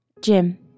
Jim